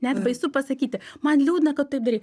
net baisu pasakyti man liūdna kad taip darei